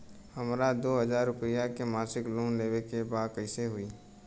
हमरा दो हज़ार रुपया के मासिक लोन लेवे के बा कइसे होई?